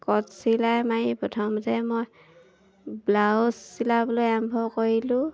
কট চিলাই মাৰি প্ৰথম যে মই ব্লাউজ চিলাবলৈ আৰম্ভ কৰিলোঁ